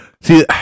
See